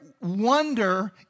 wonder